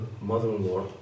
mother-in-law